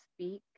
speak